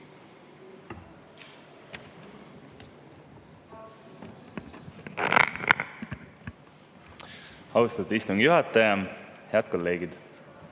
Austatud istungi juhataja! Head kolleegid!